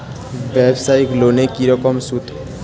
ব্যবসায়িক লোনে কি রকম সুদ?